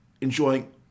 enjoying